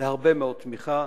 להרבה מאוד תמיכה,